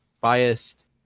Biased